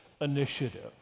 initiative